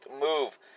move